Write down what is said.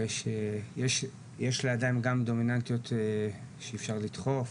ויש לידיים גם דומיננטיות שאפשר לדחוף,